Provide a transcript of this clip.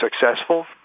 successful